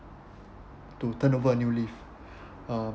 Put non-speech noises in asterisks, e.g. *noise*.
to turn over a new leaf *breath* um